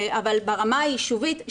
אבל ברמה היישובית,